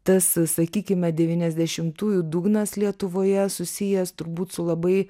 tas sakykime devyniasdešimtųjų dugnas lietuvoje susijęs turbūt su labai